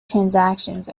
transactions